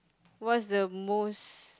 what's the most